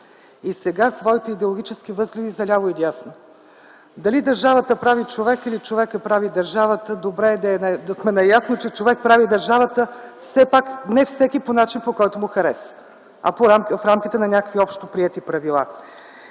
и сега своите идеологически възгледи за ляво и дясно. Дали държавата прави човека, или човекът прави държавата, добре е да сме наясно, че човек прави държавата. Все пак не всеки по начин, по който му харесва, а в рамките на някакви общоприети правила.